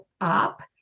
up